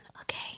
Okay